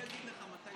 אני אגיד לך מתי